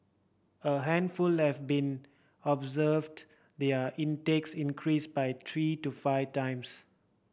a handful been observed their intakes increase by three to five times